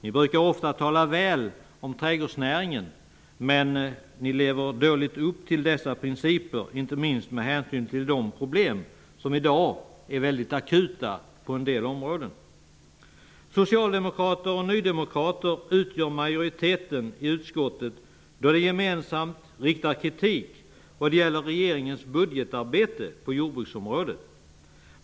Man brukar ofta tala väl om trädgårdsnäringen men lever dåligt upp till principerna, inte minst med hänsyn till de problem som i dag är akuta på en del områden. Socialdemokrater och nydemokrater utgör majoriteten i utskottet då de gemensamt riktar kritik vad gäller regeringens budgetarbete på jordbruksområdet.